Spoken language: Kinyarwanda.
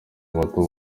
bato